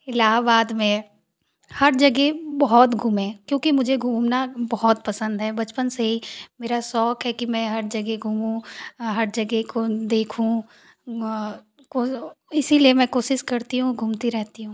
इलाहाबाद में हर जगह बहुत घूमे क्योंकि मुझे घूमना बहुत पसंद है बचपन से ही मेरा शौक है कि मैं हर जगह घूमूँ हर जगह को देखूँ इसलिए मैं कोशिश करती हूँ घूमती रहती हूँ